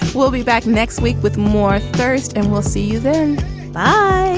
we'll be back next week with more thirst and we'll see you then